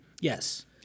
Yes